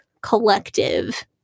collective